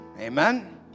Amen